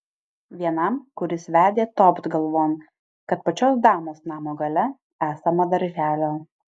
vienam kuris vedė topt galvon kad pačios damos namo gale esama darželio